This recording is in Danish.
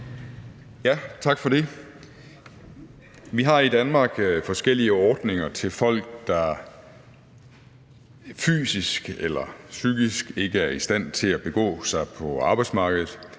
Tak for det. Vi har i Danmark forskellige ordninger til folk, der fysisk eller psykisk ikke er i stand til at begå sig på arbejdsmarkedet,